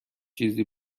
چیزی